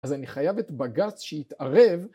אז אני חייב את בג"ץ שיתערב